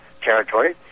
Territory